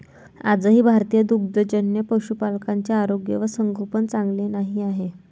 आजही भारतीय दुग्धजन्य पशुपालकांचे आरोग्य व संगोपन चांगले नाही आहे